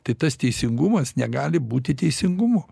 tai tas teisingumas negali būti teisingumu